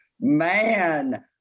man